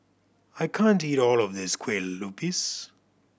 I can't eat all of this Kueh Lupis